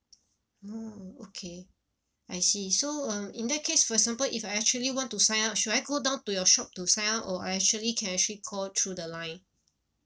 oh okay I see so um in that case for example if I actually want to sign up should I go down to your shop to sign up or I actually can actually call through the line